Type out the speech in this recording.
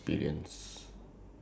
under stories